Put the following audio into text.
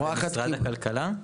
ממשרד הכלכלה?